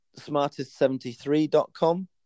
smartest73.com